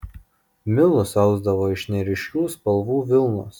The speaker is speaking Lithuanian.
milus ausdavo iš neryškių spalvų vilnos